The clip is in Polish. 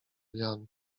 jan